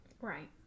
right